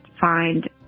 find